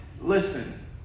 listen